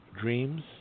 dreams